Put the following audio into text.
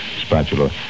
Spatula